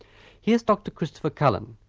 here's dr christopher cullen,